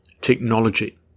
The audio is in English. technology